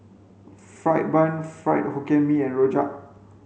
fried bun fried hokkien mee and rojak